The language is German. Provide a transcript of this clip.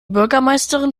bürgermeisterin